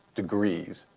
degrees,